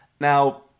Now